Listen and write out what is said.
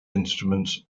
instruments